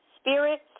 Spirits